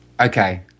Okay